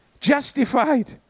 Justified